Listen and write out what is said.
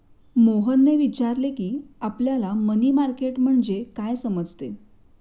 मोहनने विचारले की, आपल्याला मनी मार्केट म्हणजे काय समजते?